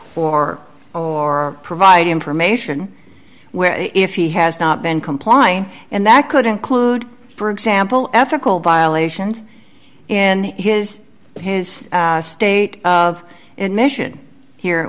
or or provide information where if he has not been complying and that could include for example ethical violations in his his state of in mission here it